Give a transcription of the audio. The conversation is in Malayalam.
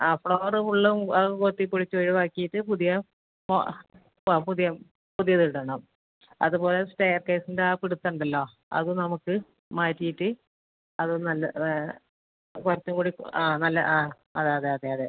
ആ ഫ്ലോർ ഫുള്ളും അത് കുത്തി പൊളിച്ച് ഒഴിവാക്കിയിട്ട് പുതിയ ആ ആ പുതിയ പുതിയത് ഇടണം അതുപോലെ സ്റ്റെയർക്കേസിൻറെ ആറ്റിയിട്ട് അത് നല്ല കുറച്ചും കൂടി ആ നല്ല ആ അതെ അതെ അതെ അതെ